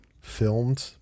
filmed